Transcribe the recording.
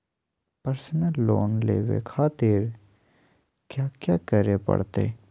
Personal loan लेवे खातिर कया क्या करे पड़तइ?